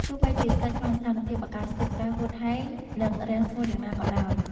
ទោះបីជាស្ថិតក្នុងស្ថានភាពអាកាសធាតុក្ដៅហួតហែង និងរាំងស្ងួតយ៉ាងណាក៏ដោយ។